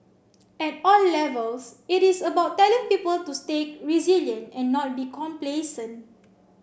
at all levels it is about telling the people to stay resilient and not be complacent